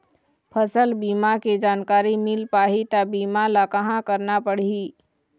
फसल बीमा के जानकारी मिल पाही ता बीमा ला कहां करना पढ़ी?